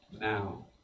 now